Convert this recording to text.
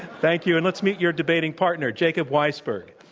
thank you. and let's meet your debating partner, jacob weisberg.